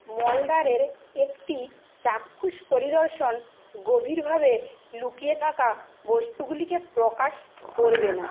মলদ্বারের একটি চাক্ষুষ পরিদর্শন গভীরভাবে লুকিয়ে থাকা বস্তুগুলিকে প্রকাশ করবে না